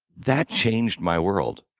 that changed my world.